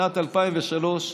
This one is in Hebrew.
בשנת 2003,